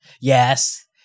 Yes